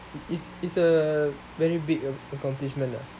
is is a very big accomplishment lah